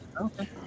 Okay